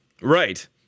Right